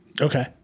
Okay